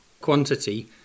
quantity